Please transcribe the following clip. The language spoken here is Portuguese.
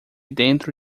dentro